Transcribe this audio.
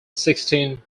sixteen